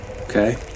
okay